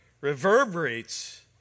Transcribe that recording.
reverberates